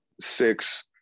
Six